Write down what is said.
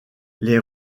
les